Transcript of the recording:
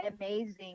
amazing